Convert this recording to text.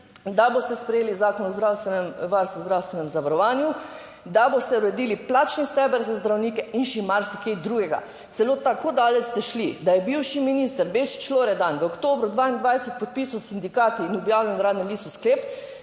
da boste sprejeli Zakon o zdravstvenem varstvu in zdravstvenem zavarovanju, da boste uredili plačni steber za zdravnike in še marsikaj drugega. Celo tako daleč ste šli, da je bivši minister Bešič Loredan v oktobru 2022 podpisal s sindikati in objavljen v Uradnem listu sklep,